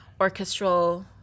orchestral